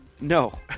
No